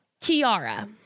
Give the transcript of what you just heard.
Kiara